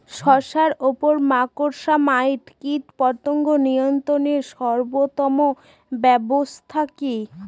শশার উপর মাকড়সা মাইট কীটপতঙ্গ নিয়ন্ত্রণের সর্বোত্তম ব্যবস্থা কি?